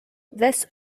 this